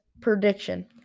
prediction